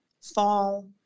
fall